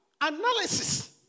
analysis